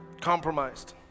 compromised